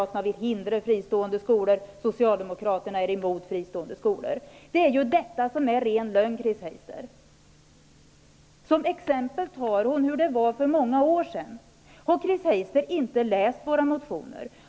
Det är ren lögn, Chris Heister! Som exempel nämner hon hur det var för många år sedan. Har Chris Heister inte läst våra motioner?